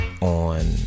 on